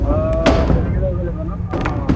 অঁ তেনেকৈ ল'ব লাগিব ন অঁ